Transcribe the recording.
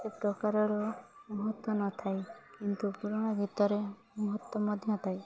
ପ୍ରକାରର ମହତ୍ତ୍ୱ ନଥାଏ କିନ୍ତୁ ପୁରୁଣା ଗୀତରେ ମହତ୍ତ୍ୱ ମଧ୍ୟ ଥାଏ